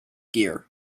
gear